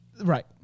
Right